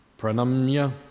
Pranamya